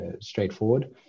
straightforward